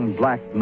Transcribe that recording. black